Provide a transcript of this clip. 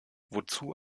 wozu